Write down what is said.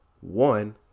One